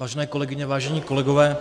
Vážené kolegyně, vážení kolegové,